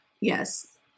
Yes